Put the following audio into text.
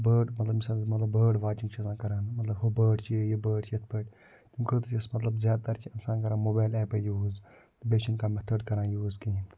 بٲڈ مَطلَب ییٚمہِ ساتہ أسۍ مَطلَب بٲڈ واچِنٛگ چھِ آسان کَران مَطلَب ہُہ بٲڈ چھِ یہِ یا یہِ بٲڈ چھِ یِتھ پٲٹھۍ تَمہِ خٲطرٕ چھِ أسۍ مَطلَب زیاد تر چھِ انسان کران موبایل ایپَے یوٗز بیٚیہِ چھِنہٕ کانٛہہ مٮ۪تھٲڈ کران یوٗز کِہیٖنۍ